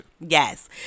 yes